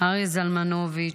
אריה זלמנוביץ',